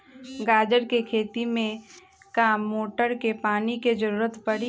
गाजर के खेती में का मोटर के पानी के ज़रूरत परी?